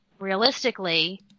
realistically